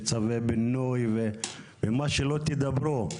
צווי בינוי ומה שלא תדברו,